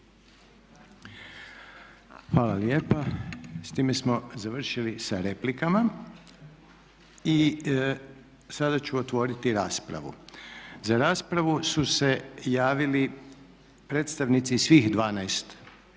Hvala lijepa. S time smo završili sa replikama i sada ću otvoriti raspravu. Za raspravu su se javili predstavnici svih 12 postojećih